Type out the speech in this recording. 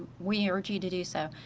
we urge you to do so.